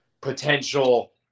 potential